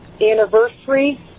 anniversary